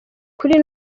ukuri